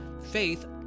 faith